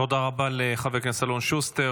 תודה רבה לחבר הכנסת אלון שוסטר.